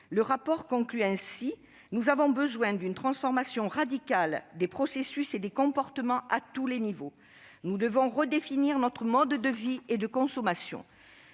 Le rapport se conclut ainsi :« Nous avons besoin d'une transformation radicale des processus et des comportements à tous les niveaux. Nous devons redéfinir notre mode de vie et de consommation. »